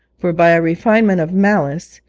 for, by a refinement of malice,